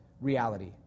reality